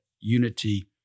unity